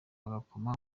bagakoma